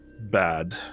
bad